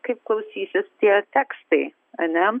kaip klausysis tie tekstai ane